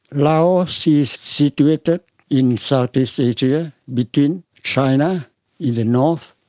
laos is situated in south-east asia between china in the north,